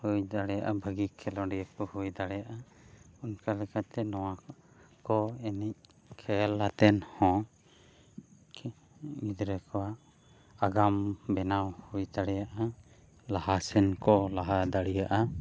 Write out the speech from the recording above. ᱦᱩᱭ ᱫᱟᱲᱮᱭᱟᱜᱼᱟ ᱵᱷᱟᱹᱜᱤ ᱠᱷᱮᱞᱳᱰᱤᱭᱟᱹ ᱠᱚ ᱦᱩᱭ ᱫᱟᱲᱮᱭᱟᱜᱼᱟ ᱚᱱᱠᱟ ᱞᱮᱠᱟᱛᱮ ᱱᱚᱣᱟ ᱠᱚ ᱮᱱᱮᱡ ᱠᱷᱮᱞ ᱠᱟᱛᱮᱫ ᱦᱚᱸ ᱜᱤᱫᱽᱨᱟᱹ ᱠᱚ ᱟᱜᱟᱢ ᱵᱮᱱᱟᱣ ᱦᱩᱭ ᱫᱟᱲᱮᱭᱟᱜᱼᱟ ᱞᱟᱦᱟ ᱥᱮᱱ ᱠᱚ ᱞᱟᱦᱟ ᱫᱟᱲᱮᱭᱟᱜᱼᱟ